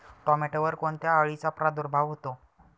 टोमॅटोवर कोणत्या अळीचा प्रादुर्भाव होतो?